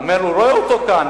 רואה אותו כאן,